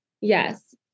Yes